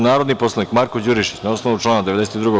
Narodni poslanik Marko Đurišić, na osnovu člana 92.